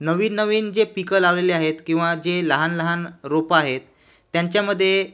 नवीन नवीन जे पिकं लावलेले आहेत किंवा जे लहान लहान रोपं आहेत त्यांच्यामध्ये